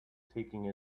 taking